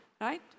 Right